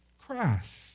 Christ